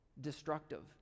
destructive